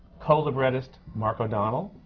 co-librettist mark o'donnell,